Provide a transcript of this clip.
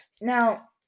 Now